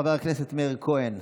חבר הכנסת מאיר כהן.